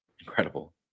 incredible